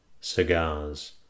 cigars